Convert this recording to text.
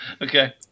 Okay